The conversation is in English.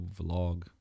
vlog